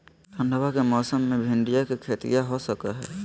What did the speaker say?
ठंडबा के मौसमा मे भिंडया के खेतीया हो सकये है?